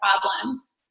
problems